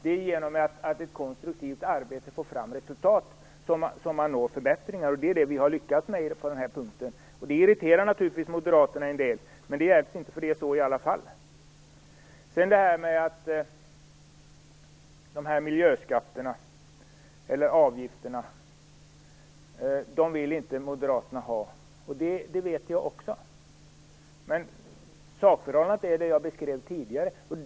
Det är genom ett konstruktivt arbete för att komma fram till resultat som man når förbättringar, och det har vi lyckats med på den här punkten. Det irriterar naturligtvis moderaterna en del, men det hjälps inte. Så är det i alla fall. Moderaterna vill inte ha miljöavgifter. Det vet jag också. Men sakförhållandet är så som jag beskrev tidigare.